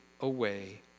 away